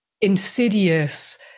insidious